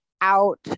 out